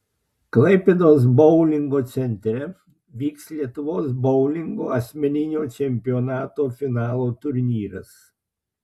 klaipėdos boulingo centre vyks lietuvos boulingo asmeninio čempionato finalo turnyras